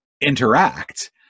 interact